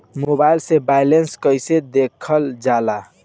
Mobile से balance कइसे देखल जाला?